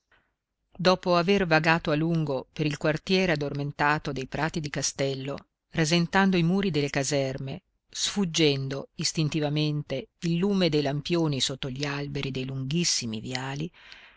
dopo aver vagato a lungo per il quartiere addormentato dei prati di castello rasentando i muri delle caserme sfuggendo istintivamente il lume dei lampioni sotto gli alberi dei lunghissimi viali